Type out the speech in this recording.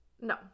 No